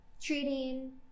treating